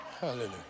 Hallelujah